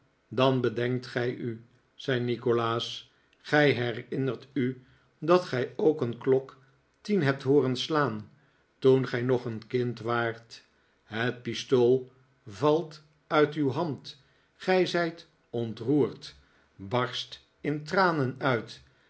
dan bedenkt gij u zei nikolaas gij herinnert u dat gij ook een klok tien hebt hooren slaan toen gij nog een kind waart het pistool valt uit uw hand gij zijt ontroerd barst in tranen uit